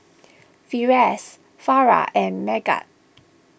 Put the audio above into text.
Firash Farah and Megat